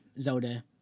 Zelda